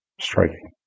striking